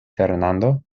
fernando